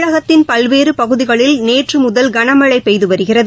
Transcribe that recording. தமிழகத்தின் பல்வேறுபகுதிகளில் நேற்றுமுதல் கனமழபெய்துவருகிறது